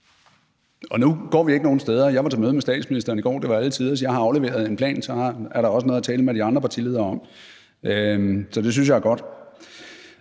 gå. Nu går vi ikke nogen steder. Jeg var til møde med statsministeren i går – det var alle tiders. Jeg har afleveret en plan, og så er der også noget at tale med de andre partiledere om, og det synes jeg er godt.